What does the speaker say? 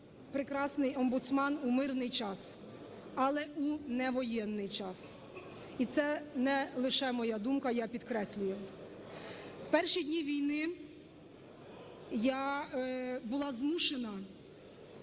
прекрасний омбудсман у мирний час, але не у воєнний час. І це не лише моя думка, я підкреслюю. В перші дні війни я була змушена